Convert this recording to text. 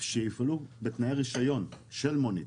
שיפעלו בתנאי רישיון של מונית.